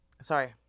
sorry